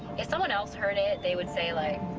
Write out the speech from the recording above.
if someone else heard it, they would say like,